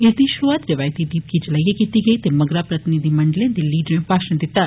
इस दी शुरूआत रिवायती द्वीप गी जलाईयें कीती गेई ते मगरा प्रतिनिधिमंडलें दे लीडरें भाषण दित्ता